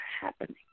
happening